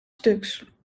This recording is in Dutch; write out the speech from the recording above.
stuks